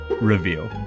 review